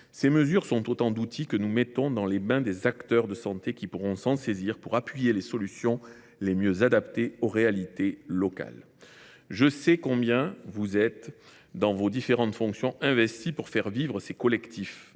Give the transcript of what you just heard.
Ces mesures sont autant d’outils que nous mettons entre les mains des acteurs de santé, qui pourront s’en saisir pour appuyer les solutions les mieux adaptées aux réalités locales. Je sais combien vous êtes investis, mesdames, messieurs les sénateurs, pour faire vivre ces collectifs